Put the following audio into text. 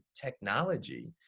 technology